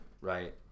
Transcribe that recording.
right